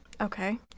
Okay